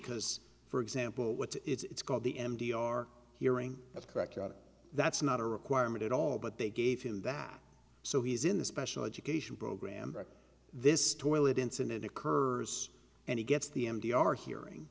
because for example what it's called the m t r hearing of correct that's not a requirement at all but they gave him that so he's in the special education program this toilet incident occurs and he gets the m d are hearing